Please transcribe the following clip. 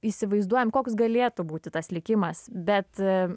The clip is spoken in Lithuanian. įsivaizduojam koks galėtų būti tas likimas bet